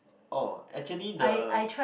oh actually the